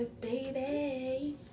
baby